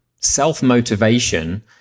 Self-motivation